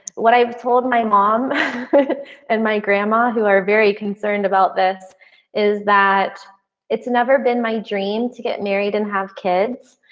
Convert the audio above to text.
what i've told my mom and my grandma who are very concerned about this is that it's never been my dream to get married and have kids.